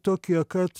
tokie kad